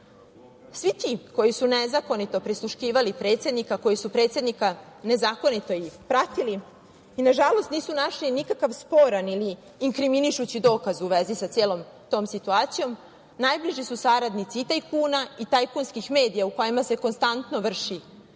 ti koji su nezakonito prisluškivali predsednika, koji su predsednika nezakonito pratili i, nažalost, nisu našli nikakav sporan niti inkriminišući dokaz u vezi sa celom tom situacijom, najbliži su saradnici tajkuna i tajkunskih medija u kojima se konstantno vrši